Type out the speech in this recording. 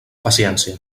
paciència